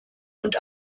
und